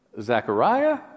Zechariah